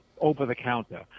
over-the-counter